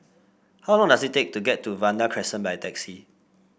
how long does it take to get to Vanda Crescent by taxi